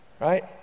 Right